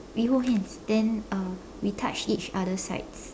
we hold hands then uh we touch each other's sides